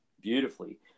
beautifully